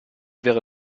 wäre